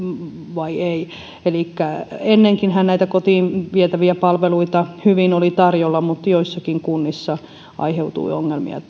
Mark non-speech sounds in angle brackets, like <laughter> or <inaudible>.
vai ei ennenkinhän näitä kotiin vietäviä palveluita oli hyvin tarjolla mutta joissakin kunnissa aiheutui ongelmia <unintelligible>